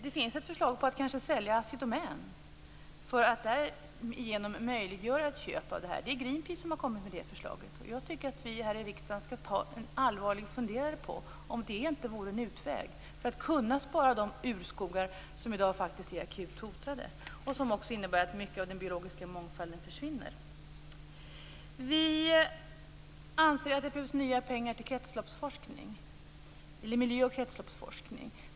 Det finns ett förslag att kanske sälja Assi Domän för att därigenom möjliggöra ett köp av det här. Det är Greenpeace som har kommit med det förslaget. Jag tycker att vi här i riksdagen skall ta en allvarlig funderare på om det inte vore en utväg för att kunna spara de urskogar som i dag faktiskt är akut hotade, något som också innebär att mycket av den biologiska mångfalden riskerar att försvinna. Vi anser att det behövs nya pengar till miljö och kretsloppsforskning.